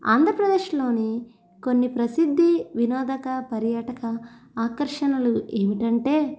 ఆంధ్రప్రదేశ్లోని కొన్ని ప్రసిద్ధి వినోదక పర్యటక ఆకర్షణలు ఏమిటంటే